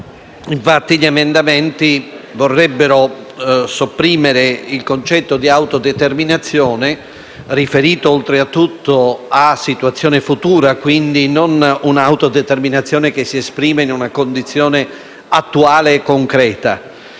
Infatti, tali emendamenti vorrebbero sopprimere il concetto di autodeterminazione, riferito, oltre tutto, ad una situazione futura e, quindi, non un'autodeterminazione che si esprime in una condizione attuale e concreta.